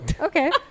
okay